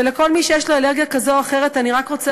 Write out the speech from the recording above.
ולכל מי שיש לו אלרגיה כזאת או אחרת אני רק רוצה